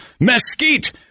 mesquite